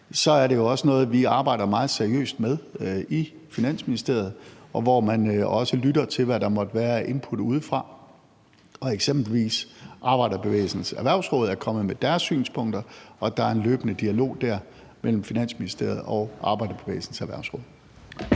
er det jo også noget, vi arbejder meget seriøst med i Finansministeriet, hvor man også lytter til, hvad der måtte være af input udefra. Eksempelvis er Arbejderbevægelsens Erhvervsråd kommet med deres synspunkter, og der er en løbende dialog mellem Finansministeriet og Arbejderbevægelsens Erhvervsråd.